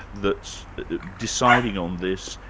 that's deciding on this,